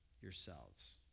yourselves